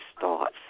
thoughts